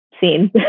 seen